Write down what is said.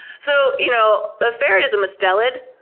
so you know, the ferret is a mustelid,